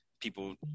people